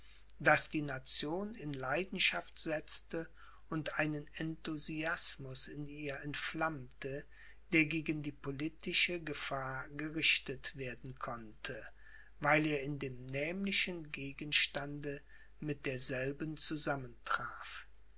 das die nation in leidenschaft setzte und einen enthusiasmus in ihr entflammte der gegen die politische gefahr gerichtet werden konnte weil er in dem nämlichen gegenstande mit derselben